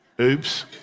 Oops